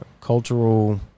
Cultural